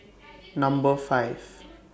Number five